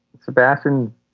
Sebastian